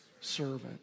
Servant